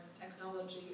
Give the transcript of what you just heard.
technology